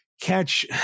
Catch